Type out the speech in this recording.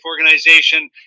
organization